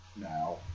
now